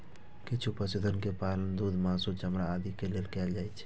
किछु पशुधन के पालन दूध, मासु, चमड़ा आदिक लेल कैल जाइ छै